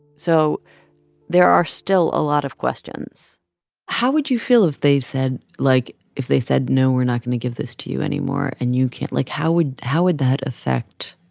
so there are still a lot of questions how would you feel if they said like, if they said, no, we're not going to give this to you anymore and you can't like, how would how would that affect.